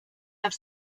have